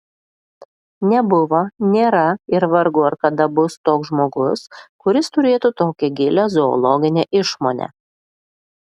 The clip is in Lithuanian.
nebuvo nėra ir vargu ar kada bus toks žmogus kuris turėtų tokią gilią zoologinę išmonę